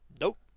Nope